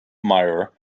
myer